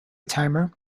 timer